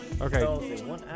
Okay